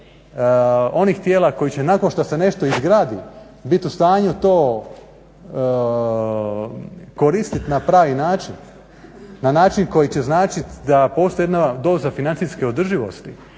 onih tijela koji će nakon što se nešto izgradi biti u stanju to koristiti na pravi način, na način koji će značiti da postoji jedna doza financijske održivosti,